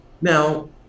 now